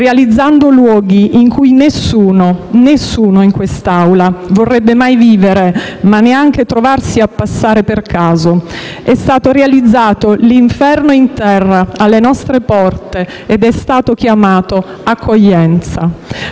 realizzando luoghi in cui nessuno presente in quest'Aula vorrebbe mai vivere, ma neanche trovarsi a passare per caso. È stato realizzato l'inferno in terra alle nostre porte ed è stato chiamato accoglienza.